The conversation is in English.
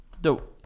Dope